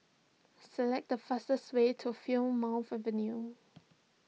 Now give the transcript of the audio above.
select the fastest way to Plymouth Avenue